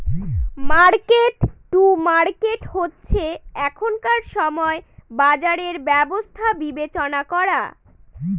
market to market হচ্ছে এখনকার সময় বাজারের ব্যবস্থা বিবেচনা করা